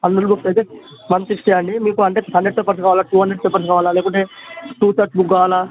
unruled books అయితే one sixty అండి మీకు అంటే హండ్రెడ్ పేపర్స్ కావాలా లేకుంటే టూ హండ్రెడ్ పేపర్స్ కావాలా లేకుంటే టూ థర్డ్ బుక్ కావాలా